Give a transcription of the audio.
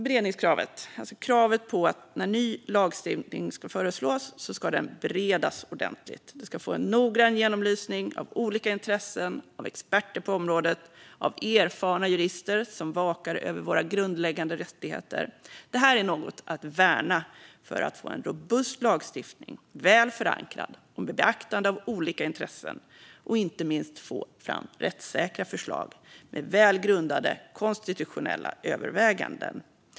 Beredningskravet innebär att när ny lagstiftning ska föreslås ska frågan först beredas ordentligt och få en noggrann genomlysning av olika intressen av experter på området och av erfarna jurister som vakar över våra grundläggande rättigheter. Det kravet är något att värna, dels för att få fram en robust lagstiftning som är väl förankrad och tar olika intressen i beaktande, dels - inte minst - för att få fram rättssäkra förslag med väl grundade konstitutionella överväganden.